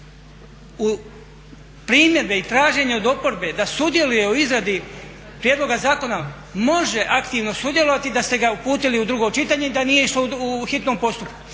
primjedbe i traženja od oporbe da sudjeluje u izradi prijedloga zakona može aktivno sudjelovati da ste ga uputili u drugo čitanje i da nije išlo u hitnom postupku.